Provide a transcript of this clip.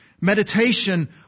Meditation